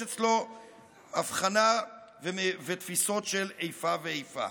יש אצלו הבחנה ותפיסות של איפה ואיפה?